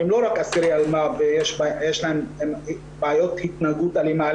הם לא רק אסירי אלמ"ב שיש להם גם בעיות התנהגות אלימה,